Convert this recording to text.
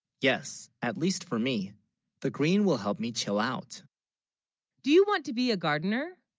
yes at least for me the green will help me chill out do you, want to be a gardener